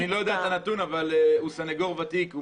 אני לא יודע את הנתון אבל הוא סנגור ותיק.